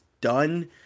done